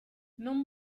non